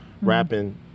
rapping